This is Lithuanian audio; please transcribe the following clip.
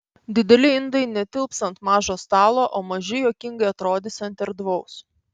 dideli indai netilps ant mažo stalo o maži juokingai atrodys ant erdvaus